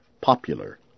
Popular